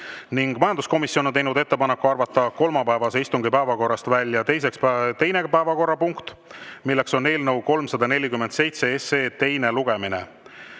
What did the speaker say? OE. Majanduskomisjon on teinud ettepaneku arvata kolmapäevase istungi päevakorrast välja teine päevakorrapunkt, mis on eelnõu 347 teine lugemine.